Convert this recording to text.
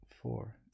four